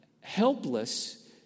helpless